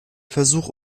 versuch